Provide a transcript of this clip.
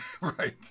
right